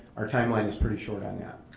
our timeline is pretty short on that,